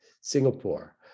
Singapore